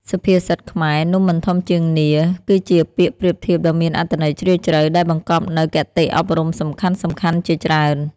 សុភាសិតខ្មែរ នំមិនធំជាងនាឡិ គឺជាពាក្យប្រៀបធៀបដ៏មានអត្ថន័យជ្រាលជ្រៅ ដែលបង្កប់នូវគតិអប់រំសំខាន់ៗជាច្រើន ។